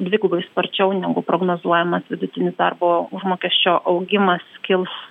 dvigubai sparčiau negu prognozuojamas vidutinis darbo užmokesčio augimas kils